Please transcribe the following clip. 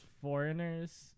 foreigners